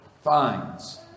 finds